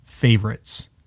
Favorites